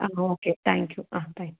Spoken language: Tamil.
ah okay thank you ah thank